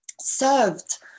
served